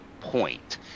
point